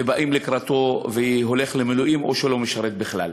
ובאים לקראתו, והולך למילואים או שלא משרת בכלל.